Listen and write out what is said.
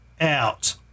out